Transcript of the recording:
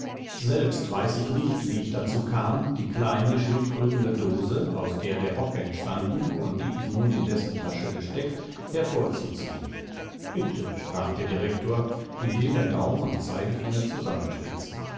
selbst weiß ich nicht wie ich dazu kam die kleine schildkrötene dose aus der der rock entstanden und die ich nun in dessen tasche gesteckt hervorzuziehen bitte sprach der rektor indem er daum und zeigefinger